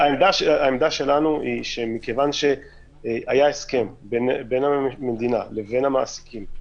העמדה שלנו שמכיוון שהיה הסכם בין המדינה לבין המעסיקים,